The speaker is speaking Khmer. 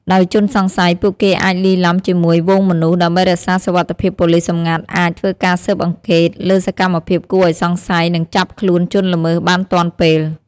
ដោយជនសង្ស័យ ពួកគេអាចលាយឡំជាមួយហ្វូងមនុស្ស ដើម្បីរក្សាសុវត្តិភាពប៉ូលិសសម្ងាត់អាច ធ្វើការស៊ើបអង្កេត លើសកម្មភាពគួរឱ្យសង្ស័យ និងចាប់ខ្លួនជនល្មើសបានទាន់ពេល។